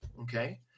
okay